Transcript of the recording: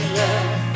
love